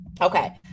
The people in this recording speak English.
Okay